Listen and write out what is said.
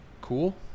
Cool